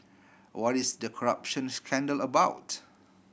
what is the corruption scandal about